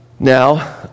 Now